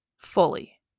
Fully